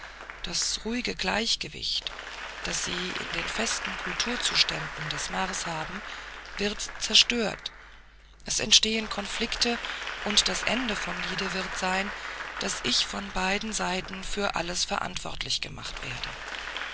das ruhige gleichgewicht das sie in den festen kulturzuständen des mars haben wird zerstört es entstehen konflikte und das ende vom liede wird sein daß ich von beiden seiten für alles verantwortlich gemacht werde